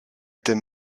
était